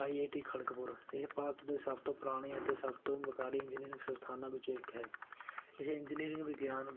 I I T Kharagpur ਇਹ ਭਾਰਤ ਦੇ ਸਭ ਤੋਂ ਪੁਰਾਣੇ ਅਤੇ ਸਭ ਤੋਂ ਵਿਕਾਰੀ ਇੰਜੀਨੀਅਰਿੰਗ ਸਥਾਨਾਂ ਵਿੱਚੋਂ ਇੱਕ ਹੈ ਇਹ ਇੰਜੀਨੀਅਰਿੰਗ ਵਿਗਿਆਨ